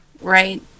Right